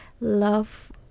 love